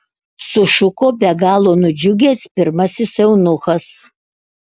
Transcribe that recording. sušuko be galo nudžiugęs pirmasis eunuchas